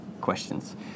questions